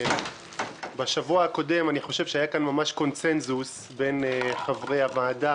אני חושב שבשבוע הקודם היה כאן ממש קונצנזוס בין חברי הוועדה